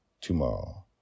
tomorrow